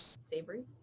Savory